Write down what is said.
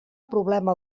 problema